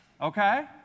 okay